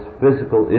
physical